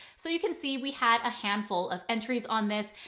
so you can see we had a handful of entries on this.